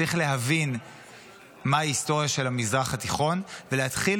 צריך להבין מהי ההיסטוריה של המזרח התיכון ולהתחיל